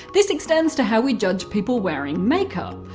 this extends to how we judge people wearing makeup.